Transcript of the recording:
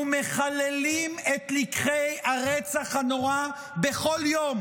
ומחללים את לקחי הרצח הנורא בכל יום